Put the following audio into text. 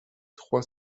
trois